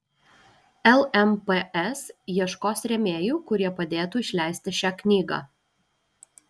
lmps ieškos rėmėjų kurie padėtų išleisti šią knygą